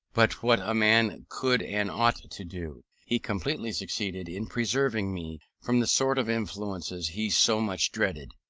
but what a man could and ought to do. he completely succeeded in preserving me from the sort of influences he so much dreaded.